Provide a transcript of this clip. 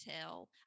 tell